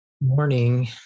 morning